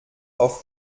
auf